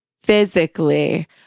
physically